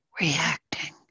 reacting